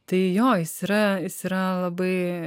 tai jo jis yra jis yra labai